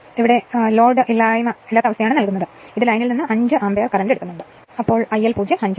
ഇത് ലൈനിൽ നിന്ന് 5 ആമ്പിയർ കറന്റ് ഓടിക്കുന്നു അതിനാൽ IL 0 5 ampere